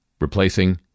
Replacing